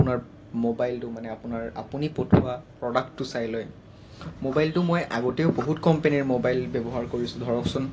আপোনাৰ মোবাইলটো মানে আপোনাৰ আপুনি পঠোৱা প্ৰডাক্টটো চাই লৈ মোবাইলটো মই আগতেও বহুত কম্পেনীৰ মোবাইল ব্যৱহাৰ কৰিছোঁ ধৰকচোন